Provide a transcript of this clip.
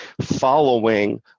following